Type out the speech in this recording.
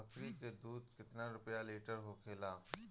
बकड़ी के दूध केतना रुपया लीटर होखेला?